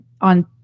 on